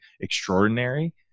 extraordinary